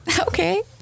okay